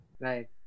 Right